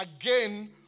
again